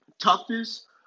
toughest